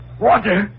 Water